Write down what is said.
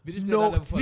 No